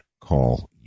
call